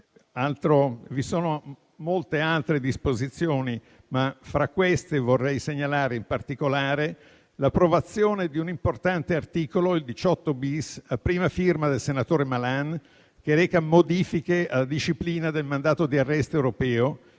Vi sono molte altre disposizioni. Fra queste vorrei segnalare in particolare l'approvazione di un importante articolo, il 18-*bis*, con un emendamento a prima firma del senatore Malan, che reca modifiche alla disciplina del mandato di arresto europeo